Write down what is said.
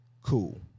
cool